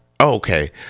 okay